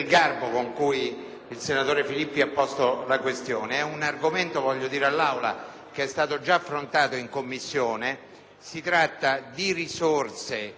che è un argomento già affrontato in Commissione. Si tratta di risorse di una certa consistenza che possono essere utili anche ai fini